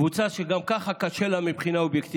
קבוצה שגם ככה קשה לה אובייקטיבית.